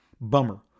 Bummer